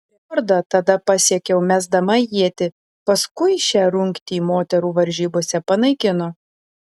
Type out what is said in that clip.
rekordą tada pasiekiau mesdama ietį paskui šią rungtį moterų varžybose panaikino